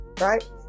right